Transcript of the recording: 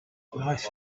life